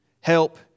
help